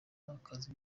n’akazi